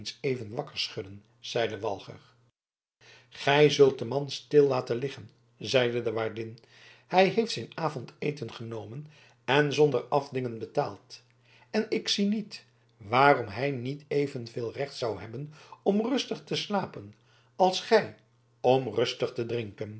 even wakker schudden zeide walger gij zult den man stil laten liggen zeide de waardin hij heeft zijn avondeten genomen en zonder afdingen betaald en ik zie niet waarom hij niet evenveel recht zou hebben om rustig te slapen als gij om rustig te drinken